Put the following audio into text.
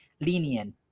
lenient